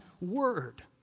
word